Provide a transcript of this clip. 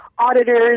auditors